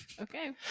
Okay